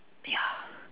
ya